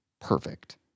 perfect